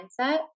mindset